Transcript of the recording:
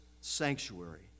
sanctuary